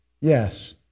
Yes